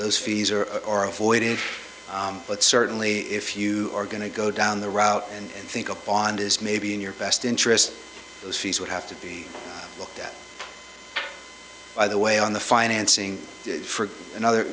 those fees or or avoid it but certainly if you are going to go down the route and think a pond is maybe in your best interest those fees would have to be looked at by the way on the financing for another